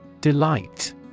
Delight